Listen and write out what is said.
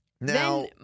Now